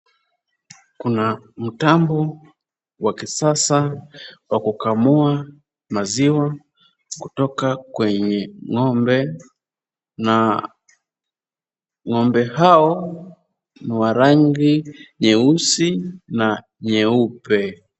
Kuna mtambo wa kisasa wa kukamua maziwa kutoka kwenye ng'ombe na ng'ombe hao ni wa rangi nyeusi na nyeupe.